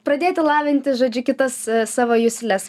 pradėti lavinti žodžiu kitas savo jusles